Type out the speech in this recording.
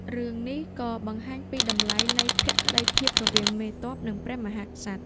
រឿងនេះក៏បង្ហាញពីតម្លៃនៃភក្តីភាពរវាងមេទ័ព និងព្រះមហាក្សត្រ។